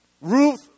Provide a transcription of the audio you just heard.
Ruth